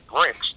bricks